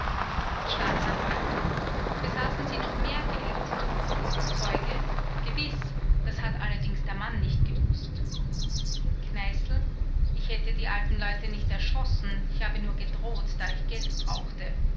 staatsanwalt besaßen sie noch mehr geld zeuge gewiß das hat allerdings der mann nicht gewußt kneißl ich hätte die alten lete nicht erschossen ich habe nur gedroht da ich geld brauchte